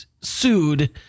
sued